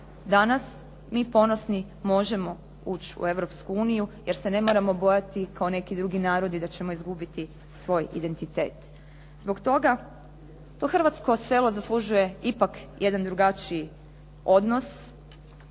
danas mi ponosni možemo ući u Europsku uniju, jer se ne moramo bojati kao neki drugi narodi da ćemo izgubiti svoj identitet. Zbog toga to hrvatsko selo zaslužuje ipak jedan drugačiji odnos,